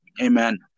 Amen